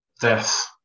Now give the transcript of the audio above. death